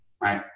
right